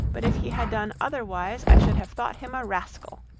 but if he had done otherwise, i should have thought him a rascal.